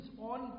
on